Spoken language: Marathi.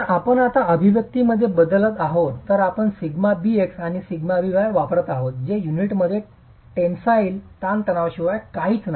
जर आपण आता अभिव्यक्तीमध्ये बदलत आहोत तर आपण σbx आणि σby वापरत आहोत जे युनिटमध्ये टेन्स्ईल ताणतणावाशिवाय काहीच नाही